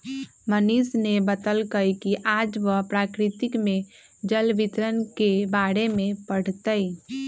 मनीष ने बतल कई कि आज वह प्रकृति में जल वितरण के बारे में पढ़ तय